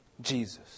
Jesus